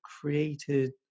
created